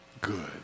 good